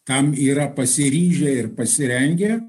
tam yra pasiryžę ir pasirengę